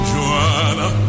Joanna